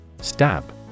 Stab